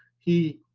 he,